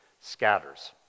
scatters